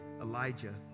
Elijah